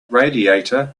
radiator